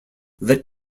let